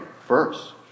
first